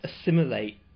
assimilate